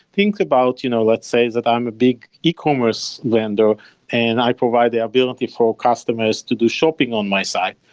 think about, you know let's say that i'm a big e-commerce vendor and i provide the ability for customers to do shopping on my side.